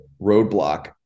roadblock